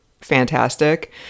fantastic